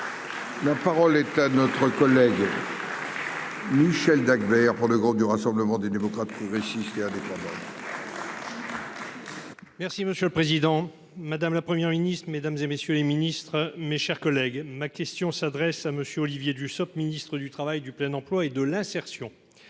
La parole est à notre collègue. Michel Dagbert pour le groupe du Rassemblement des démocrates progressistes qui avec. Merci monsieur le Président Madame la première ministre, mesdames et messieurs les ministres, mes chers collègues, ma question s'adresse à monsieur Olivier Dussopt, ministre du Travail du plein emploi et de l'insertion,